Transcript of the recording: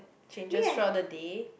changes throughout the day